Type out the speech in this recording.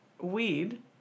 weed